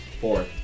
Four